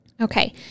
Okay